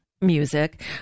music